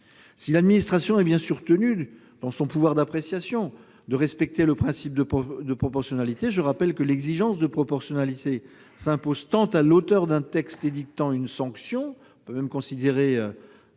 Si l'administration est bien sûr tenue, dans son pouvoir d'appréciation, de respecter le principe de proportionnalité, je rappelle que l'exigence de proportionnalité s'impose tant à l'auteur d'un texte édictant une sanction- en l'occurrence,